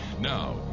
Now